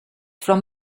from